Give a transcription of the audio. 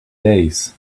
days